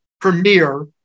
premiere